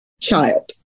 child